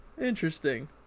Interesting